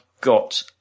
got